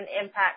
Impact